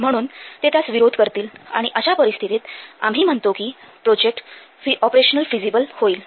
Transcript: म्हणून ते त्यास विरोध करतील आणि अशा परिस्थितीत आम्ही म्हणतो कि प्रोजेक्ट फिझीबल होईल